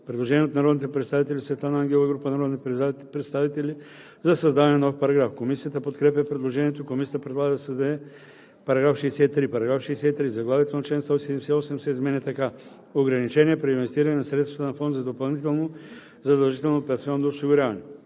предложение от народния представител Светлана Ангелова и група народни представители за създаване на нов параграф. Комисията подкрепя предложението. Комисията предлага да се създаде § 63: „§ 63. Заглавието на чл. 178 се изменя така: „Ограничения при инвестиране на средствата на фонд за допълнително задължително пенсионно осигуряване“.“